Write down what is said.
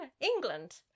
England